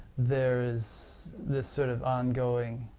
there is this sort of ongoing